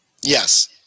Yes